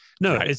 No